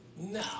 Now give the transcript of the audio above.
No